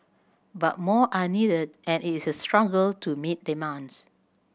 but more are needed and it is a struggle to meet demands